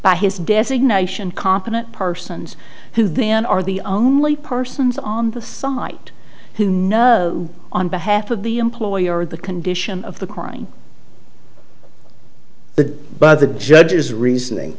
by his designation competent persons who then are the only persons on the site who know on behalf of the employer the condition of the crime the but the judge's reasoning